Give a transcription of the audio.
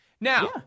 Now